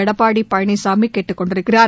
எடப்பாடி பழனிசாமி கேட்டுக் கொண்டிருக்கிறார்